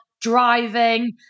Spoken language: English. driving